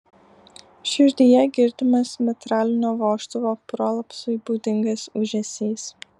širdyje girdimas mitralinio vožtuvo prolapsui būdingas ūžesys